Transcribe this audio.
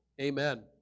Amen